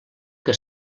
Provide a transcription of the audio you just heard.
que